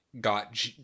got